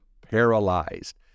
paralyzed